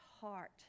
heart